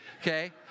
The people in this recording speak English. okay